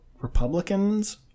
Republicans